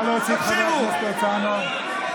נא להוציא את חבר הכנסת הרצנו, קריאה שלישית.